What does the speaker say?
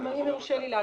אם יורשה לי להגיד,